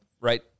right